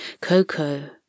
Coco